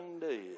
dead